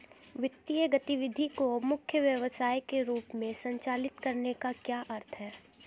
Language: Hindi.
वित्तीय गतिविधि को मुख्य व्यवसाय के रूप में संचालित करने का क्या अर्थ है?